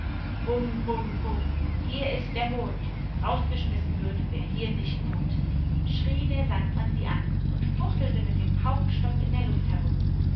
hier ist der mond rausgeschmissen wird wer hier nicht wohnt schrie der sandmann sie an und fuchtelte mit dem paukenstock in der luft herum